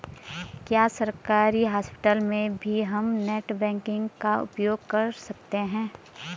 क्या सरकारी हॉस्पिटल में भी हम नेट बैंकिंग का प्रयोग कर सकते हैं?